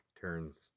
turns